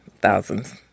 thousands